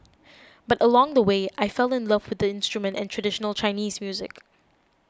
but along the way I fell in love with the instrument and traditional Chinese music